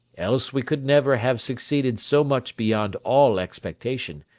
else we could never have succeeded so much beyond all expectation,